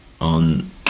on